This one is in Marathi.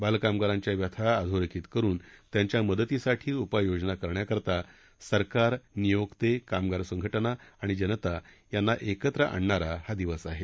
बालकामगारांच्या व्यथा अधोरेखित करुन त्यांच्या मदतीसाठी उपाययोजना करण्याकरता सरकार नियोक्ते कामगार संघटना आणि जनता यांना एकत्र आणणारा हा दिवस आहे